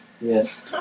Yes